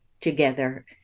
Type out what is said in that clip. together